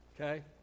okay